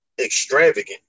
extravagant